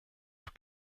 have